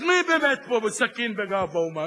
אז מי באמת פה סכין בגב האומה?